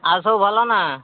ଆଉ ସବୁ ଭଲ ନା